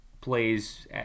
plays